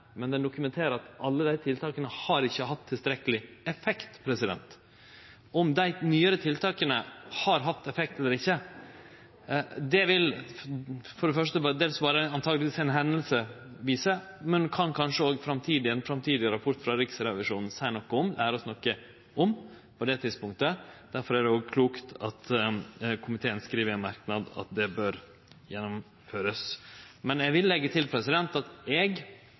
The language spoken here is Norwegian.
men rapporten dokumenterer at ikkje alle tiltaka har hatt tilstrekkeleg effekt. Om dei nyare tiltaka har hatt effekt eller ikkje, vil for det første truleg berre ei hending vise, men det kan kanskje ein framtidig rapport frå Riksrevisjonen seie noko om og lære oss noko om. Difor er det òg klokt at komiteen skriv i ein merknad at det bør gjennomførast. Eg vil leggje til at eg